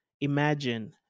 Imagine